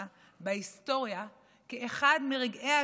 כאחד מרגעי השפל